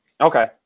Okay